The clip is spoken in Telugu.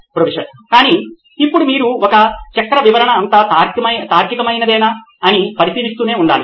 ప్రొఫెసర్ కానీ ఇప్పుడు మీరు ఈ చక్ర వివరణ అంతా తార్కికమేనా అని పరిశీలిస్తూనే ఉండాలి